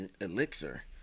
elixir